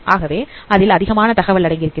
ஆகவே அதில் அதிகமான தகவல் அடங்கியிருக்கிறது